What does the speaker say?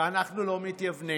ואנחנו לא מתייוונים,